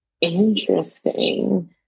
interesting